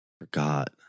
forgot